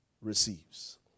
receives